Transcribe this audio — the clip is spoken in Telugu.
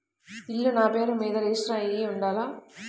ఇల్లు నాపేరు మీదే రిజిస్టర్ అయ్యి ఉండాల?